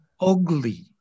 ugly